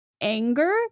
anger